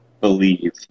believe